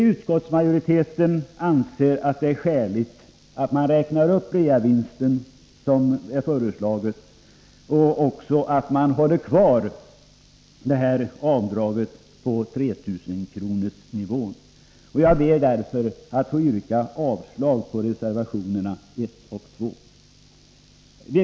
Utskottsmajoriteten anser att det är skäligt att man räknar upp reavinsten enligt förslaget och att man har kvar avdraget på 3 000-kronorsnivån. Jag ber därför att få yrka avslag på reservationerna 1 och 2.